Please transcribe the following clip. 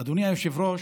אדוני היושב-ראש,